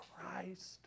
Christ